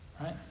right